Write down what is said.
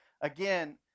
Again